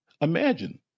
Imagine